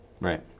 Right